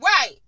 Right